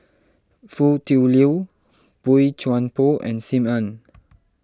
Foo Tui Liew Boey Chuan Poh and Sim Ann